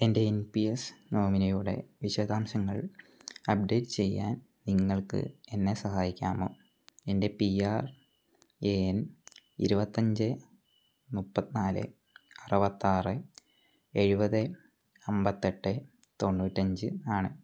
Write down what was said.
എൻ്റെ N P S നോമിനിയുടെ വിശദാംശങ്ങൾ അപ്ഡേറ്റ് ചെയ്യാൻ നിങ്ങൾക്ക് എന്നെ സഹായിക്കാമോ എൻ്റെ പി ആർ എ എൻ ഇരുപത്തഞ്ച് മുപ്പത്തി നാല് അറുപത്തി ആറ് എഴുപത് അൻപത്തി എട്ട് തൊണ്ണൂറ്റഞ്ച് ആണ്